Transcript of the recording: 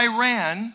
Iran